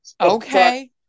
okay